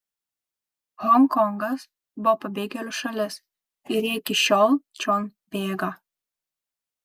honkongas buvo pabėgėlių šalis ir jie iki šiol čion bėga